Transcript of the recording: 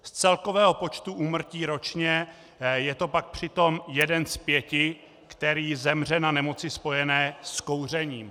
Z celkového počtu úmrtí ročně je to pak přitom jeden z pěti, který zemře na nemoci spojené s kouřením.